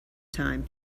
time